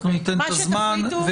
אנחנו ניתן את הזמן.